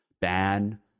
ban